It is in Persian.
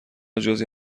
جزعی